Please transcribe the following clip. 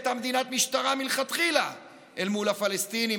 היא הייתה מדינת משטרה מלכתחילה אל מול הפלסטינים,